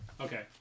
Okay